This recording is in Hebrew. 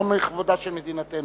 לא מכבודה של מדינתנו,